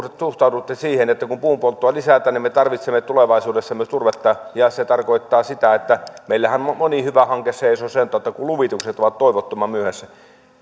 suhtaudutte siihen että kun puun polttoa lisätään niin me tarvitsemme tulevaisuudessa myös turvetta ja se tarkoittaa sitä että meillähän moni hyvä hanke seisoo sen kautta että luvitukset ovat toivottoman myöhässä